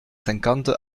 cinquante